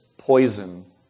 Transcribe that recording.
poison